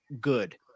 good